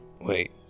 Wait